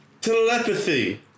Telepathy